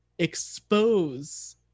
expose